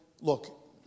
look